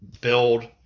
build –